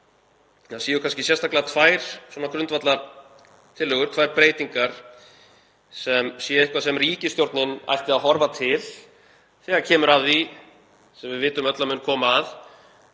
það séu kannski sérstaklega tvær grundvallartillögur, tvær breytingar sem ríkisstjórnin ætti að horfa til þegar kemur að því sem við vitum öll að mun koma að,